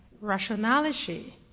rationality